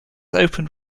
opened